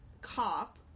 cop